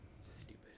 Stupid